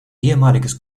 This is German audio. ehemaliges